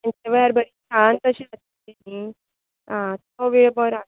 खंयच्या वेळार बरी शांत अशी आसतली आह तो वेळ बरो